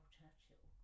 Churchill